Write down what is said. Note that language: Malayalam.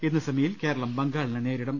ഇന്ന് സെമിയിൽ കേരളം ബംഗാളിനെ നേരിടും